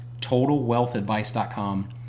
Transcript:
TotalWealthAdvice.com